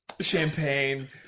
Champagne